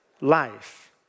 life